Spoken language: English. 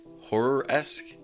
horror-esque